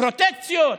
פרוטקציות?